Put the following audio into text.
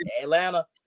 atlanta